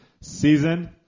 season